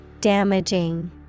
Damaging